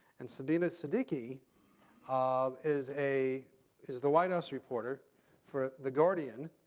and sabrina siddiqui um is a is the white house reporter for the guardian,